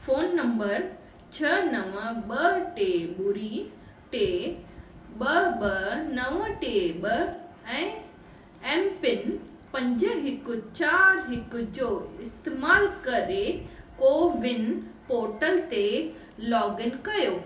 phone number छह नव ॿ टे ॿुड़ी टे ॿ ॿ नव टे ॿ ऐं एम पिन पंज हिकु चारि हिक जो इस्तेमालु करे कोविन पोर्टल ते लॉगइन कयो